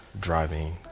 driving